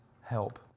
help